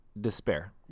despair